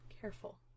careful